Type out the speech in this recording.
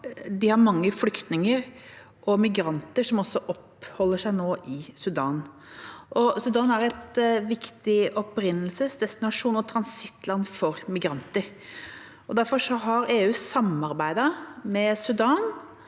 det er mange flyktninger og migranter som oppholder seg i Sudan. Sudan er et viktig opprinnelses-, destinasjonsog transittland for migranter. Derfor har EU samarbeidet med Sudan